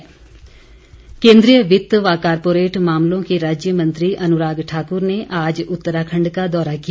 अनुराग केन्द्रीय वित्त व कॉरपोरेट मामलों के राज्य मंत्री अनुराग ठाक्र ने आज उत्तराखंड का दौरा किया